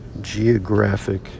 geographic